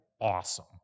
awesome